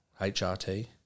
HRT